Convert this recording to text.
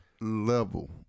level